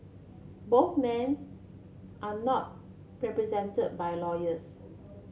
both men are not represented by lawyers